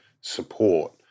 support